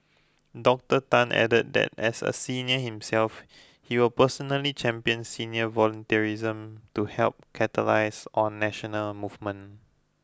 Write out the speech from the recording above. Dr Tan added that as a senior himself he will personally champion senior volunteerism to help catalyse on national movement